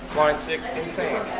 six insane